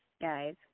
guys